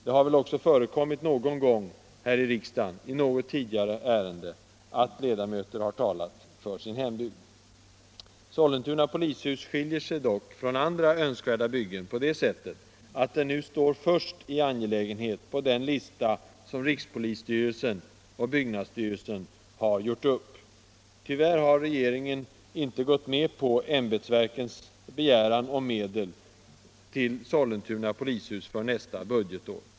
Det har väl också förekommit någon gång här i riksdagen i något tidigare ärende att ledamöter har talat för sin hembygd. Sollentuna polishus skiljer sig dock från andra önskvärda byggen på det sättet att det nu står först i angelägenhet på den lista som rikspolisstyrelsen och byggnadsstyrelsen har gjort upp. Tyvärr har regeringen inte gått med på ämbetsverkens begäran om medel till Sollentuna polishus för nästa budgetår.